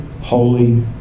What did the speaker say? holy